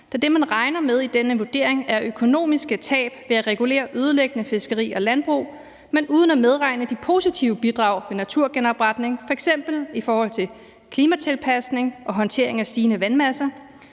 da det, man regner med i denne vurdering, er økonomiske tab ved at regulere ødelæggende fiskeri og landbrug, men uden at medregne de positive bidrag ved naturgenopretning. Det gælder f.eks. i forhold til klimatilpasning og håndtering af stigende vandmasser,